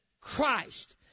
Christ